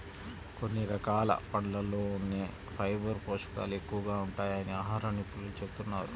కొన్ని రకాల పండ్లల్లోనే ఫైబర్ పోషకాలు ఎక్కువగా ఉంటాయని ఆహార నిపుణులు చెబుతున్నారు